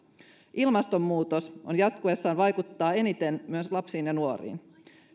ilmastonmuutos vaikuttaa eniten myös lapsiin ja nuoriin